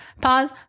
pause